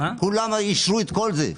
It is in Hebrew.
כולם אישרו את כל זה.